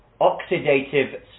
oxidative